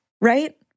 right